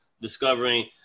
discovering